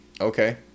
Okay